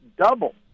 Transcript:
double